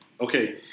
okay